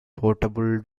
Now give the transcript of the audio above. portable